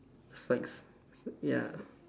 dislikes ya